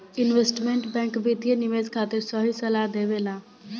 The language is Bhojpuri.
इन्वेस्टमेंट बैंक वित्तीय निवेश खातिर सही सलाह देबेला